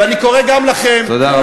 ואני קורא גם לכם, תודה רבה.